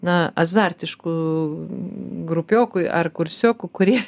na azartiškų grupiokui ar kursiokų kurie